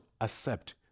accept